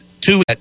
two